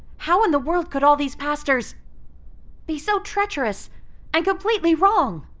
how in the world could all these pastors be so treacherous and completely wrong?